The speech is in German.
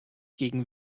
gegen